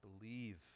believe